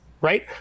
right